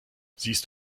siehst